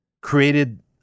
created